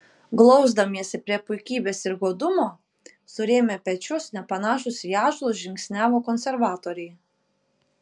glausdamiesi prie puikybės ir godumo surėmę pečius nepanašūs į ąžuolus žingsniavo konservatoriai